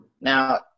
Now